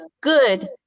good